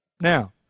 Now